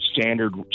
standard